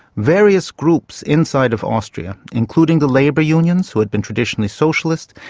various groups inside of austria, including the labour unions who had been traditionally socialist,